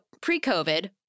pre-COVID